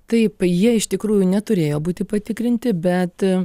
taip jie iš tikrųjų neturėjo būti patikrinti bet